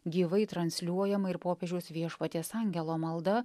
gyvai transliuojama ir popiežiaus viešpaties angelo malda